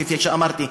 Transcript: כפי שאמרתי,